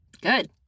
Good